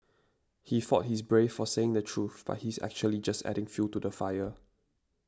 he thought he's brave for saying the truth but he's actually just adding fuel to the fire